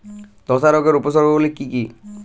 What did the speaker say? ধসা রোগের উপসর্গগুলি কি কি?